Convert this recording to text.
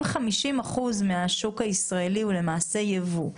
אם 50% מהשוק הישראלי הוא למעשה ייבוא,